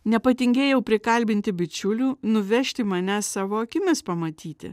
nepatingėjau prikalbinti bičiulių nuvežti mane savo akimis pamatyti